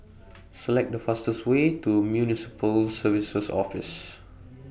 Select The fastest Way to Municipal Services Office